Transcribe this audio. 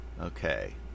Okay